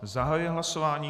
Zahajuji hlasování.